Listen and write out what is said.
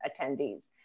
attendees